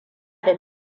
da